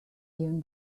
even